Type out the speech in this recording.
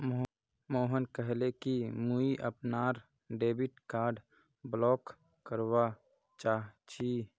मोहन कहले कि मुई अपनार डेबिट कार्ड ब्लॉक करवा चाह छि